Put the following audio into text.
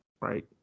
right